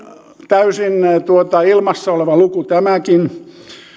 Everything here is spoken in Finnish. täysin ilmassa oleva luku